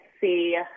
see